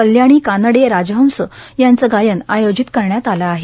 कल्याणी कानडे राजहंस यांचं गायन आयोजित करण्यात आलं आहे